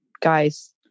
guys